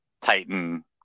titan